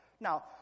Now